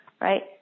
right